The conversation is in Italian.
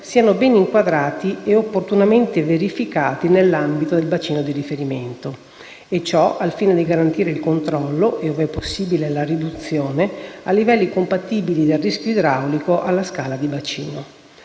sempre ben inquadrati e opportunamente verificati nell'ambito del bacino di riferimento; ciò al fine di garantire il controllo e, ove possibile, la riduzione a livelli compatibili del rischio idraulico alla scala di bacino.